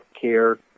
care